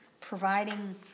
providing